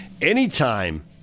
Anytime